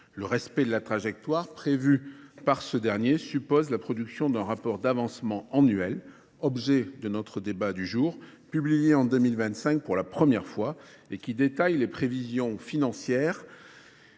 Le respect de la trajectoire prévu par ce dernier suppose la production d'un rapport d'avancement annuel, objet de notre débat du jour, publié en 2025 pour la première fois et qui détaille les prévisions financières